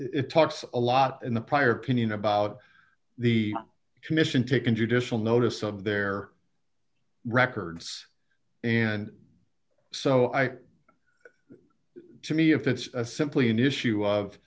it talks a lot in the prior caon about the commission taken judicial notice of their records and so i to me if it's simply an issue of